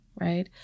right